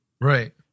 Right